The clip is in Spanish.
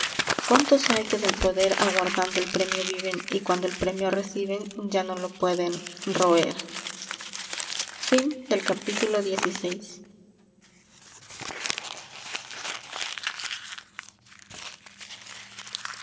cuántos hay que del poder aguardando el premio viven y cuando el premio reciben ya no lo pueden roer k or